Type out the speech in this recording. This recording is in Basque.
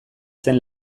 zen